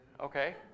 Okay